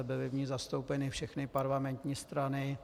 Byly v ní zastoupeny všechny parlamentní strany.